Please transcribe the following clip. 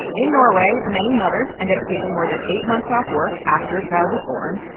in norway, many mothers end up taking more than eight months off work after a child is born,